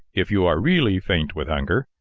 if you are really faint with hunger,